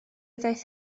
ddaeth